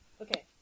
Okay